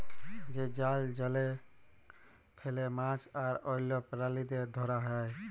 যে জাল জলে ফেলে মাছ আর অল্য প্রালিদের ধরা হ্যয়